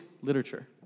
literature